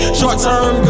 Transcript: short-term